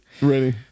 ready